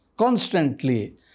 Constantly